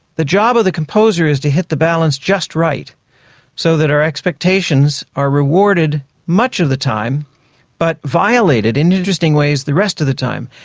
the job of the composer is to hit the balance just right so that our expectations are rewarded much of the time but violated in interesting ways the rest of the time.